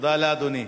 תודה לאדוני.